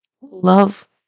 love